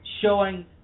showing